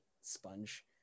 sponge